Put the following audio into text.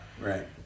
right